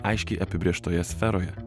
aiškiai apibrėžtoje sferoje